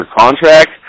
contract